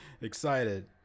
excited